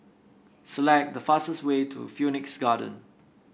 select the fastest way to Phoenix Garden